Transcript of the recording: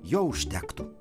jo užtektų